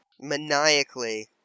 Maniacally